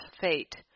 fate